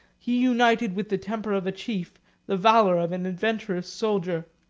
he united with the temper of a chief the valor of an adventurous soldier.